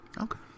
Okay